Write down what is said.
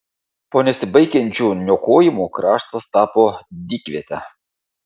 po nesibaigiančių niokojimų kraštas tapo dykviete